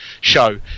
show